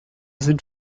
sind